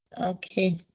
Okay